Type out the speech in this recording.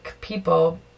people